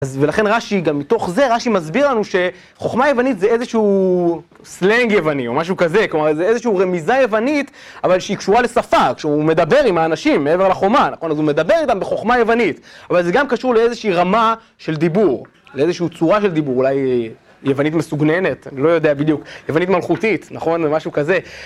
אז, ולכן רשי גם מתוך זה, רשי מסביר לנו ש... חוכמה יוונית זה איזשהו... סלאנג יווני, או משהו כזה, כלומר, זה איזשהו רמיזה יוונית, אבל שהיא קשורה לשפה, כשהוא מדבר עם האנשים מעבר לחומה, נכון? אז הוא מדבר איתם בחוכמה יוונית. אבל זה גם קשור לאיזושהי רמה של דיבור, לאיזושהי צורה של דיבור, אולי... יוונית מסוגננת? אני לא יודע בדיוק. יוונית מלכותית, נכון? או משהו כזה.